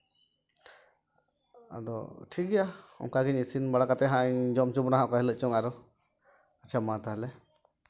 ᱟᱫᱚ ᱴᱷᱤᱠᱜᱮᱭᱟ ᱚᱱᱠᱟᱜᱤᱧ ᱤᱥᱤᱱ ᱵᱟᱲᱟ ᱠᱟᱛᱮᱫ ᱦᱟᱸᱜ ᱤᱧ ᱡᱚᱢ ᱦᱚᱪᱚ ᱵᱚᱱᱟ ᱦᱟᱸᱜ ᱚᱠᱟ ᱦᱤᱞᱳᱜ ᱪᱚᱝ ᱟᱨᱚ ᱟᱪᱪᱷᱟ ᱢᱟ ᱛᱟᱦᱞᱮ